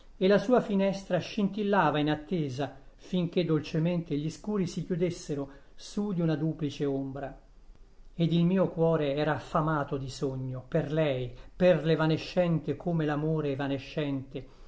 e la sua finestra scintillava in attesa finché dolcemente gli scuri si chiudessero su di una duplice ombra ed il mio cuore era affamato di sogno per lei per l'evanescente come l'amore evanescente